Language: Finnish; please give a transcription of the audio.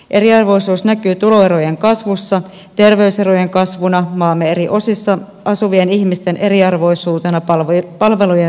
eriarvoisuus näkyy tuloerojen ja terveyserojen kasvuna sekä maamme eri osissa asuvien ihmisten eriarvoisuutena palvelujen saatavuudessa